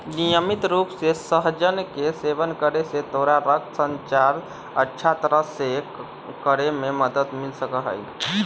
नियमित रूप से सहजन के सेवन करे से तोरा रक्त संचार अच्छा तरह से करे में मदद मिल सका हई